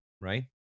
right